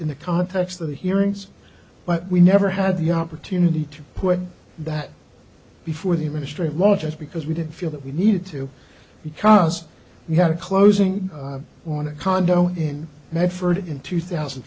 in the context of the hearings but we never had the opportunity to put that before the ministry launches because we didn't feel that we needed to because we had a closing on a condo in medford in two thousand